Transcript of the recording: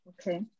Okay